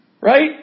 Right